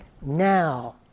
now